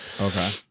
Okay